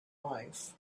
life